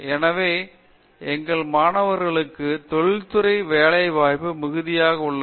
எனவே எங்கள் மாணவர்களுக்கு தொழில் துறை வேலை வாய்ப்பு மிகுதியாக உள்ளது